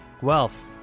Guelph